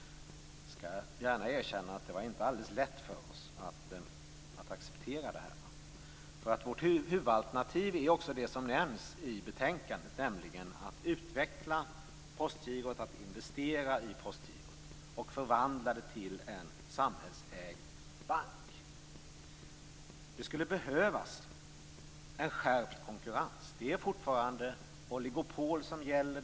Jag skall gärna erkänna att det inte var alldeles lätt för oss att acceptera det. Vårt huvudalternativ är det som nämns i betänkandet, nämligen att utveckla Postgirot, investera i det och förvandla det till en samhällsägd bank. Det skulle behövas en skärpt konkurrens. Det är fortfarande oligopol som gäller.